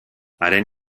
haren